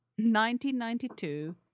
1992